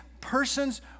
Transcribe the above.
persons